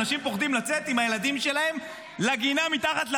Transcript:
אנשים פוחדים לצאת עם הילדים שלהם לגינה מתחת לבית.